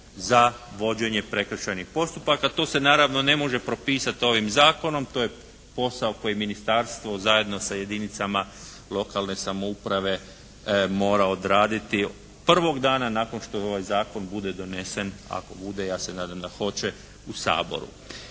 za vođenje prekršajnih postupaka. To se naravno ne može propisat ovim zakonom. To je posao koje ministarstvo zajedno sa jedinicama lokalne samouprave mora odraditi prvog dana nakon što ovaj zakon bude donesen. Ako bude, a ja se nadam da hoće u Saboru.